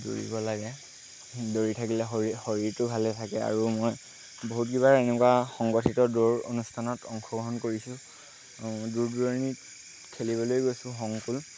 দৌৰিব লাগে দৌৰি থাকিলে শৰীৰ শৰীৰটো ভালে থাকে আৰু মই বহুতকেইবাৰ এনেকুৱা সংগঠিত দৌৰ অনুষ্ঠানত অংশগ্ৰহণ কৰিছোঁ দূৰ দূৰণিত খেলিবলৈ গৈছোঁ শংকূল